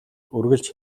үргэлж